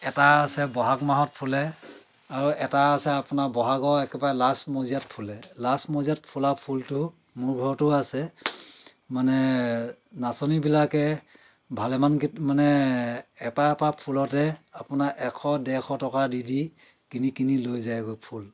এটা আছে বহাগ মাহত ফুলে আৰু এটা আছে আপোনাৰ বহাগৰ একেবাৰে লাষ্ট মজিয়াত ফুলে লাষ্ট মজিয়াত ফুলা ফুলটো মোৰ ঘৰতো আছে মানে নাচনীবিলাকে ভালেমান গীত মানে এপাহ এপাহ ফুলতে আপোনাৰ এশ ডেৰশ টকা দি দি কিনি কিনি লৈ যায়গৈ ফুল